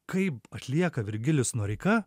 kaip atlieka virgilijus noreika